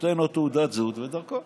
נותן לו תעודת זהות ודרכון.